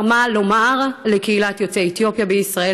מה לומר לקהילת יוצאי אתיופיה בישראל,